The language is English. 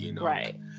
Right